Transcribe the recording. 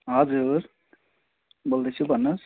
हजुर बोल्दैछु भन्नुहोस्